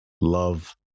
love